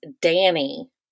Danny